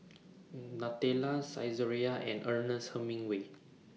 Nutella Saizeriya and Ernest Hemingway